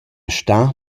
stà